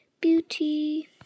beauty